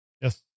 Yes